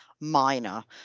minor